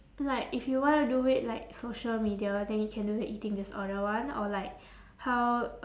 like if you wanna do it like social media then you can do the eating disorder one or like how